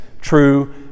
true